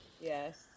yes